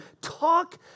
talk